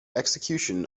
execution